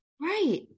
Right